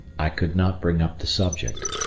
i could not bring up the subject.